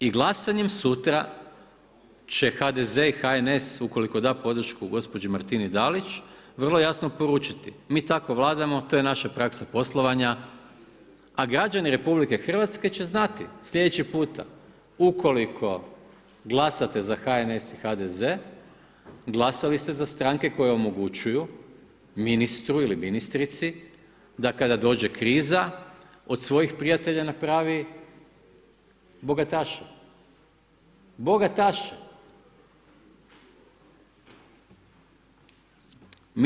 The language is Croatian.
I glasanjem sutra će HDZ i HNS ukoliko da podršku gospođi Maritni Dalić, vrlo jasno poručiti, mi tako vladamo, to je naša praksa poslovanja, a građani RH će znati, slijedeći puta, ukoliko glasate za HNS i HDZ, glasali ste za stranke koje omogućuju ministru ili ministrici, da kada dođe kriza, od svojih prijatelja napravi bogataša, bogataša.